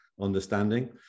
understanding